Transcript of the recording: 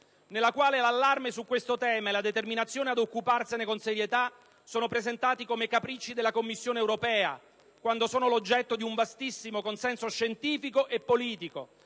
nella quale l'allarme su questo tema e la determinazione ad occuparsene con serietà sono presentati come capricci della Commissione europea, quando sono l'oggetto di un vastissimo consenso scientifico e politico,